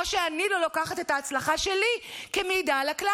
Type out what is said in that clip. כמו שאני לא לוקחת את ההצלחה שלי כמעידה על הכלל.